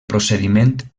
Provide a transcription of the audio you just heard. procediment